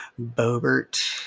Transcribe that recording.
Bobert